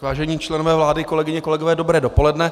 Vážení členové vlády, kolegyně, kolegové, dobré dopoledne.